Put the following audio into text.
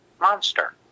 monster